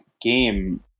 game